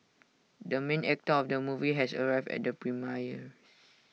the main actor of the movie has arrived at the premiere